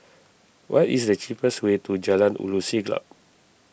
what is the cheapest way to Jalan Ulu Siglap